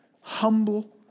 humble